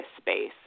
space